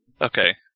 Okay